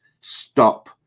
stop